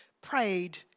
prayed